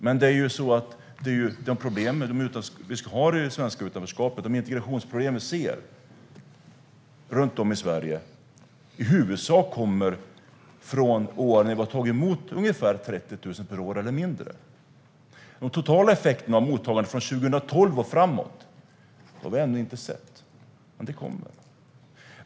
Men de integrationsproblem vi ser och som finns i de svenska utanförskapsområdena runt om i Sverige kommer i huvudsak från de år då vi har tagit emot ungefär 30 000 personer eller mindre. Den totala effekten av mottagandet från 2012 och framåt har vi ännu inte sett, men den kommer.